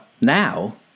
now